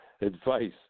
advice